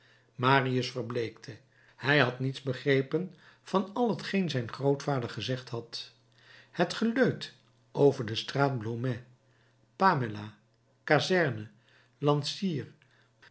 marius verbleekte hij had niets begrepen van al t geen zijn grootvader gezegd had het geteut over de straat blomet pamela kazerne lansier